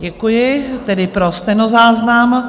Děkuji, tedy pro stenozáznam.